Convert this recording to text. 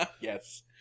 yes